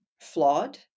flawed